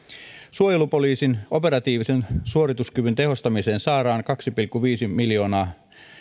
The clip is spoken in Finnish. suojelupoliisin operatiivisen suorituskyvyn tehostamiseen saadaan kaksi pilkku viisi miljoonaa